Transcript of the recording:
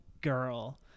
girl